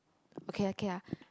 okay okay ah